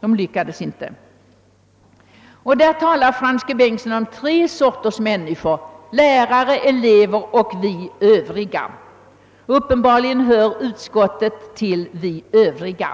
De lyckades inte. Där talar Frans G. Bengtsson om tre sorters människor: lärare, elever och vi övriga. Uppenbarligen hör utskottets medlemmar till »vi övriga».